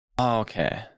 okay